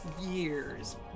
years